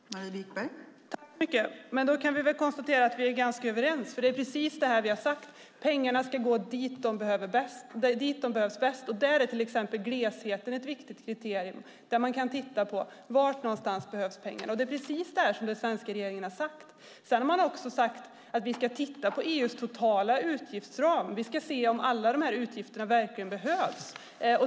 Fru talman! Men då kan vi väl konstatera att vi är ganska överens, för det är precis det vi har sagt: Pengarna ska gå dit där de behövs bäst. Där är till exempel glesheten ett viktigt kriterium, där man kan titta på: Var behövs pengarna? Det är precis det som den svenska regeringen har sagt. Sedan har man också sagt att vi ska titta på EU:s totala utgiftsram, att vi ska se om alla dessa utgifter verkligen behövs.